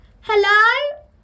Hello